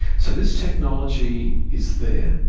so this technology is there.